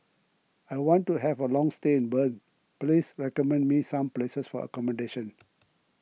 I want to have a long stay in Bern please recommend me some places for accommodation